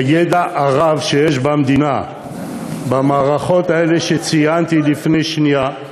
הידע הרב שיש במדינה במערכות האלה שציינתי לפני שנייה,